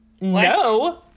No